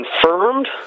confirmed